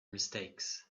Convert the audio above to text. mistakes